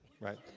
Right